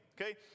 okay